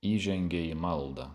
įžengė į maldą